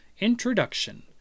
Introduction